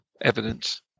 evidence